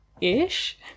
ish